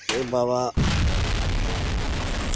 एह् बावा